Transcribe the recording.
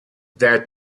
that